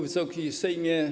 Wysoki Sejmie!